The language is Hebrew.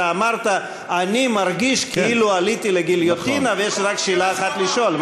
אתה אמרת: אני מרגיש כאילו עליתי לגיליוטינה ויש לי רק שאלה אחת לשאול.